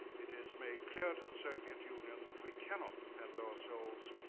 it is made clear to the soviet union that we cannot defend ourselves.